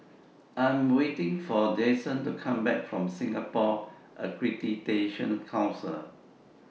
I Am waiting For Jasen to Come Back from Singapore Accreditation Council